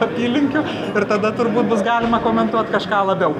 apylinkių ir tada turbūt bus galima komentuot kažką labiau